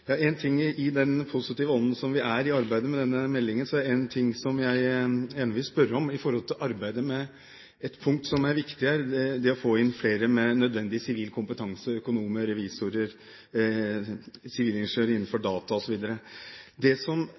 i den positive ånden som vi er i i arbeidet med denne meldingen, er det en ting jeg gjerne vil spørre om når det gjelder arbeidet med et punkt som er viktig her, det å få inn flere med nødvendig sivil kompetanse – økonomer, revisorer og sivilingeniører innenfor data, osv. Det som